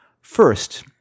First